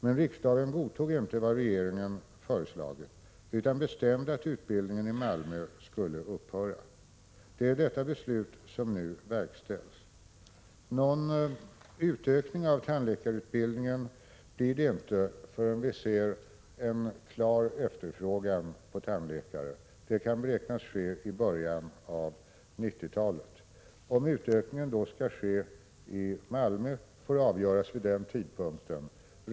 Men riksdagen godtog inte vad regeringen föreslagit utan bestämde att utbildningen i Malmö skulle upphöra. Det är detta beslut som nu verkställs. Någon utökning av tandläkarutbildningen blir det inte förrän vi ser en klar efterfrågan på tandläkare. Det kan beräknas ske i början av 1990-talet. Om utökningen då skall ske i Malmö får avgöras vid den tidpunkten.